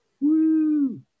Woo